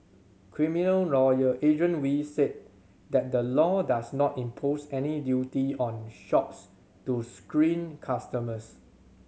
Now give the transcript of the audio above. criminal lawyer Adrian Wee said that the law does not impose any duty on shops to screen customers